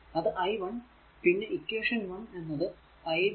അത് i 1 പിന്നെ equation 1 എന്നത് i1 i2 i3